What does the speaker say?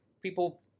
people